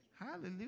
Hallelujah